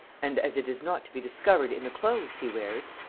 and, as it is not to be discovered in the clothes he wears,